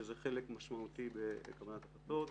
שזה חלק משמעותי בקבלת ההחלטות.